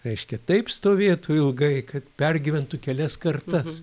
reiškia taip stovėtų ilgai kad pergyventų kelias kartas